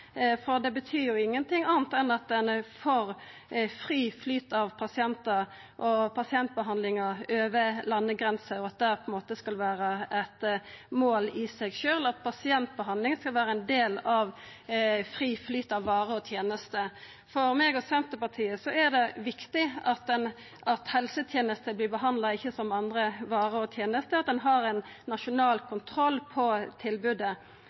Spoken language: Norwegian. Det betyr ingenting anna enn at ein er for fri flyt av pasientar og pasientbehandlingar over landegrensene, og at det på ein måte er eit mål i seg sjølv at pasientbehandlingar skal vera ein del av den frie flyten av varer og tenester. For meg og Senterpartiet er det viktig at helsetenester ikkje vert behandla som andre varer og tenester, men at ein har ein nasjonal kontroll over tilbodet.